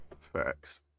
Facts